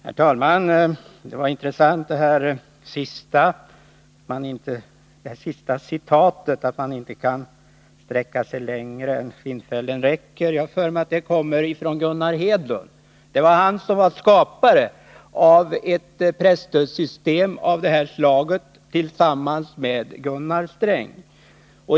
Herr talman! Det sista Sven-Erik Nordin sade var intressant. Att man inte kan sträcka sig längre än skinnfällen räcker är, har jag för mig, ett citat från Gunnar Hedlund. Det var han som tillsammans med Gunnar Sträng skapade det presstödssystem vi har.